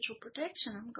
protection